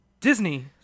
Disney